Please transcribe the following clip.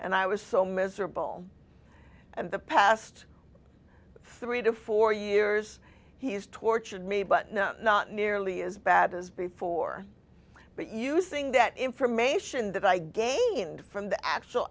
and i was so miserable and the past three to four years he's tortured me but not nearly as bad as before but using that information that i gained from the actual